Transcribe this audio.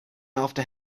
after